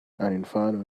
inferno